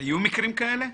היו מקרים כאלה?